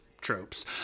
tropes